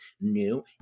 new